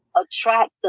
attract